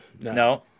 no